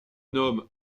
nomme